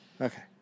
Okay